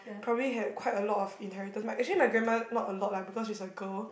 probably had quite a lot of inheritance actually my grandma not a lot lah because she's a girl